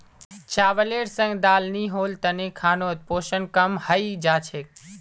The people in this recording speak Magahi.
चावलेर संग दाल नी होल तने खानोत पोषण कम हई जा छेक